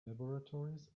laboratories